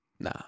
Nah